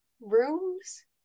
rooms